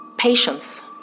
Patience